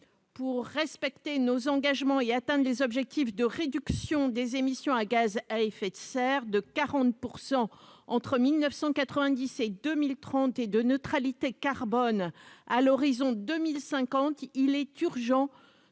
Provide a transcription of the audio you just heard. Pour respecter nos engagements et atteindre les objectifs de réduction des émissions de gaz à effet de serre de 40 % entre 1990 et 2030 et de neutralité carbone à l'horizon de 2050, il est urgent de